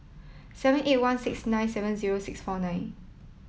seven eight one six nine seven zero six four nine